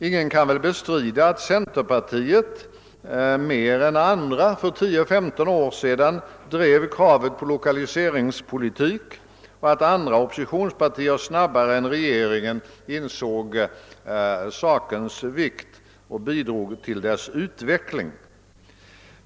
Ingen kan väl bestrida att centerpartiet för tio, femton år sedan mer än andra drev kravet på lokaliseringspolitik och att andra oppositionspartier snabbare än regeringen insåg sakens vikt och bidrog till dess utveckling.